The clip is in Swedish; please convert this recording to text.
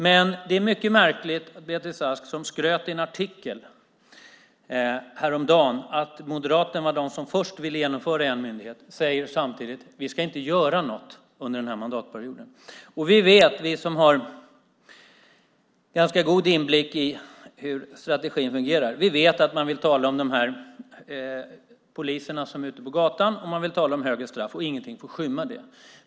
Men det är mycket märkligt att Beatrice Ask, som skröt i en artikel häromdagen om att Moderaterna var de som först ville genomföra en myndighet, samtidigt säger att man inte ska göra något under den här mandatperioden. Vi som har ganska god inblick i hur strategin fungerar vet att ni vill tala om poliserna som är ute på gatan och om högre straff. Ingenting får skymma det.